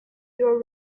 your